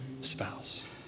spouse